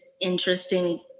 interesting